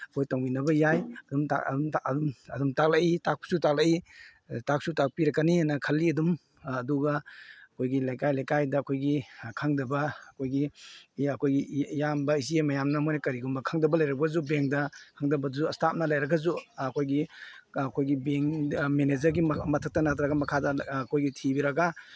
ꯑꯩꯈꯣꯏ ꯇꯧꯃꯤꯟꯅꯕ ꯌꯥꯏ ꯑꯗꯨꯝ ꯑꯗꯨꯝ ꯇꯥꯛꯂꯛꯏ ꯇꯥꯛꯄꯁꯨ ꯇꯥꯛꯂꯛꯏ ꯇꯥꯛꯁꯨ ꯇꯥꯛꯄꯤꯔꯛꯀꯅꯤꯅ ꯈꯜꯂꯤ ꯑꯗꯨꯝ ꯑꯗꯨꯒ ꯑꯩꯈꯣꯏꯒꯤ ꯂꯩꯀꯥꯏ ꯂꯩꯀꯥꯏꯗ ꯑꯩꯈꯣꯏꯒꯤ ꯈꯪꯗꯕ ꯑꯩꯈꯣꯏꯒꯤ ꯑꯩꯈꯣꯏ ꯏꯌꯥꯝꯕ ꯏꯆꯦ ꯃꯌꯥꯝꯅ ꯃꯣꯏꯅ ꯀꯔꯤꯒꯨꯝꯕ ꯈꯪꯗꯕ ꯂꯩꯔꯒꯁꯨ ꯕꯦꯡꯗ ꯈꯪꯗꯕꯗꯨꯁꯨ ꯏꯁꯇꯥꯞꯅ ꯂꯩꯔꯒꯁꯨ ꯑꯩꯈꯣꯏꯒꯤ ꯑꯩꯈꯣꯏꯒꯤ ꯕꯦꯡꯗ ꯃꯦꯅꯦꯖꯔꯒꯤ ꯃꯊꯛꯇ ꯅꯠꯇ꯭ꯔꯒ ꯃꯈꯥꯗ ꯑꯩꯈꯣꯏꯒꯤ ꯊꯤꯔꯒ